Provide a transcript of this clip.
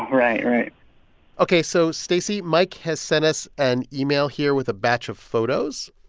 right. right ok. so, stacey, mike has sent us an email here with a batch of photos.